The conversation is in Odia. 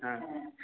ହଁ